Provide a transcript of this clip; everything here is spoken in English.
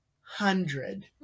hundred